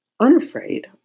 unafraid